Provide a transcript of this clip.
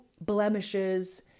blemishes